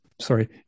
sorry